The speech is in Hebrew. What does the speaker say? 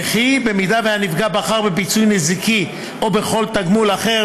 וכי אם הנפגע בחר בפיצוי נזיקי או בכל תגמול אחר